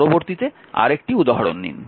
পরবর্তীতে আরেকটি উদাহরণ নিন